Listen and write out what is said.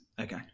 Okay